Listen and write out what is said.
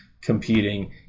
competing